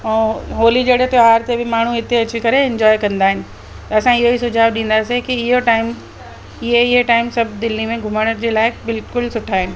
ऐं होलीअ जहिड़े त्योहार ते बि माण्हू हिते अची करे इंजॉय कंदा आहिनि ऐं असां इहो ई सुझाव ॾींदासीं की इहो टाइम इहो इहो टाइम सभु दिल्ली में घुमण जे लाइ बिलकुलु सुठा आहिनि